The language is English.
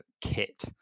kit